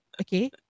okay